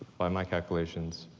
by my calculations,